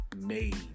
made